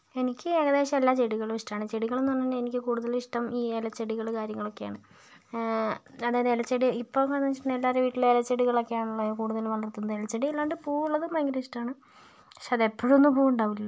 എനിക്ക് ഏകദേശം എല്ലാ ചെടികളും ഇഷ്ടമാണ് ചെടികളെന്നു പറഞ്ഞു കഴിഞ്ഞാൽ എനിക്ക് കൂടുതലും ഇഷ്ടം ഈ ഇലച്ചെടികൾ കാര്യങ്ങളൊക്കെയാണ് അതായത് ഇലച്ചെടി ഇപ്പോഴെന്ന് വെച്ചിട്ടുണ്ടെങ്കിൽ എല്ലാവരുടെയും വീട്ടിലും ഇലച്ചെടികളൊക്കെയാണുള്ളത് കൂടുതലും വളർത്തുന്നത് ഇലച്ചെടി അല്ലാണ്ട് പൂവുള്ളതും ഭയങ്കര ഇഷ്ടമാണ് പക്ഷേ അത് എപ്പോഴൊന്നും പൂ ഉണ്ടാവില്ലല്ലോ